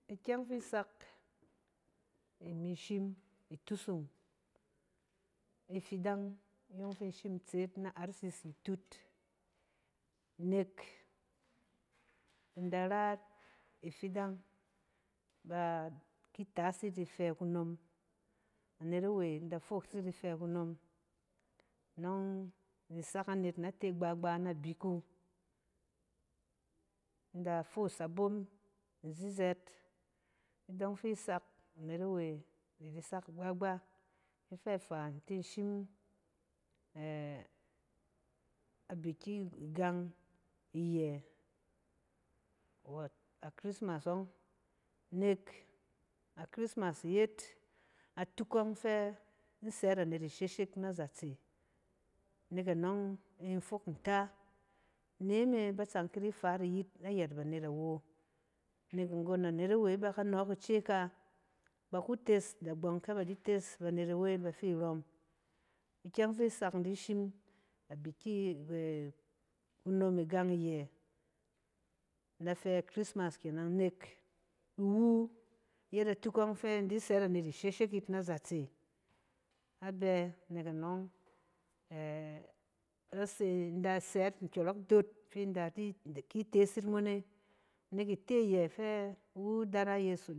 Ikyɛng fi sak imi shim itusung ifidang inyↄng fi in shim tseet na rcc abat nek in da rat ifidang ba ki taas yit ifɛ kunom. Anet awe in da foos yit ifɛ kunom nↄng ni sak anet na te gba-gba nabik wu. In da foos abom zizɛt idↄng fi sak anet awe da di sak gba-gba. Ifɛ faa, in tin shim-ɛ-abuki gang iyɛ wɛt a christmas ↄng. A christmas yet atuk ↄng fɛ in sɛt anet isheshek azatse. Nek anↄng in fok nta. Neme ba tsang ki di faat iyit nayɛt banet awo, nek ngon anet awe bɛ ka nↄk ice ka, ba ku tes dagbↄng kɛ ba di tes banet awe bafi rↄm. ikyɛng fi sak in dishim a buki e-kunom igang iyɛ, in da fɛ a christmas kenan, nek iwu yet atuk ↄng fi in di sɛt anet isheshek yit a zatse abɛ nek anↄng e-ase-inda sɛt nkyↄrↄk dot fi in da di in da ki tees yit mone nek ite iyɛ fɛ iwu dara yeso